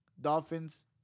Dolphins